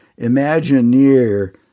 imagineer